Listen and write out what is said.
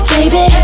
Baby